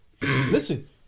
Listen